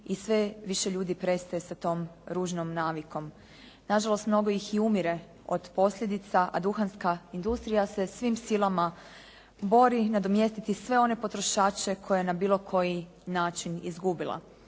i sve više ljudi prestaje sa tom ružnom navikom. Na žalost mnogo ih i umire od posljedica, a duhanska industrija se svim silama bori nadomjestiti sve one potrošače koje na bilo koji način izgubila.